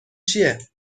چیه